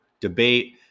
debate